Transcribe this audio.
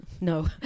No